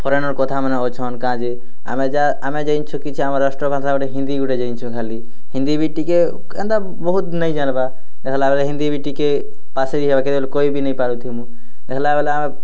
foreigner କଥାମାନେ ଅଛନ୍ କାଁ ଯେ ଆମେ ଯା ଆମେ ଜାଇନ୍ଛୁଁ କିଛି ଆମର୍ ରାଷ୍ଟ୍ରଭାଷା ଗୋଟେ ହିନ୍ଦୀ ଗୋଟେ ଜାଇନ୍ଛୁଁ ଖାଲି ହିନ୍ଦୀ ବି ଟିକେ ଏନ୍ତା ବୋହୁତ୍ ନେଇଁ ଜାନ୍ବା ଦେଖ୍ଲା ବେଲେ ହିନ୍ଦୀ ବି ଟିକିଏ ପାସ୍ରି ହେବା କେତେବେଲେ କହିବି ନେଇଁ ପାରୁଥିମୁ ଦେଖ୍ଲା ବେଲେ ଆମେ